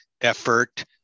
effort